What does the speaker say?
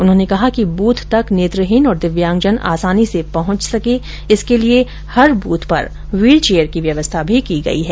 उन्होंने कहा कि बूथ तक नेत्रहीन और दिव्यांगजन आसानी से पहंच सके इसके लिए प्रत्येक बूथ पर व्हीलचेयर की व्यवस्था की गई है